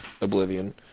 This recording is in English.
Oblivion